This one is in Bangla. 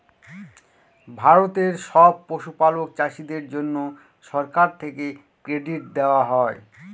ভারতের সব পশুপালক চাষীদের জন্যে সরকার থেকে ক্রেডিট দেওয়া হয়